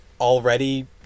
already